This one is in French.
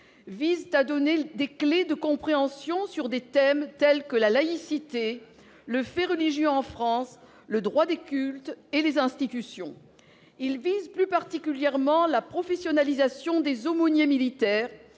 visent à donner des clefs de compréhension sur des thèmes tels que la laïcité, le fait religieux en France, le droit des cultes et les institutions. Ils visent plus particulièrement la professionnalisation des aumôniers militaires,